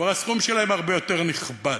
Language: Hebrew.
הסכום שלהם הרבה יותר נכבד.